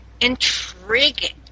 intriguing